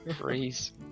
freeze